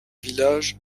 village